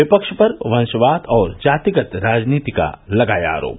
विपक्ष पर वंशवाद और जातिगत राजनीति का लगाया आरोप